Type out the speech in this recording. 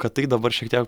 kad tai dabar šiek tiek